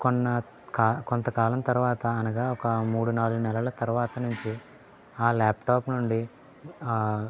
కొన్న కొంతకాలం తరువాత అనగా ఒక మూడు నాలుగు నెలలు తరువాత నుంచి ఆ ల్యాప్టాప్ నుండి